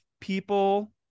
people